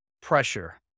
pressure